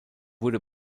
wurde